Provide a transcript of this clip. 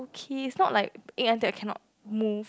okay it's not like ache until I cannot move